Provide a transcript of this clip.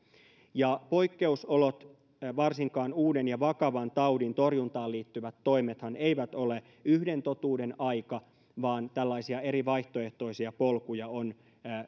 ja poikkeusolot varsinkaan uuden ja vakavan taudin torjuntaan liittyvät toimethan eivät ole yhden totuuden aika vaan erilaisia vaihtoehtoisia polkuja on